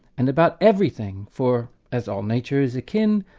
and about everything for, as all nature is akin,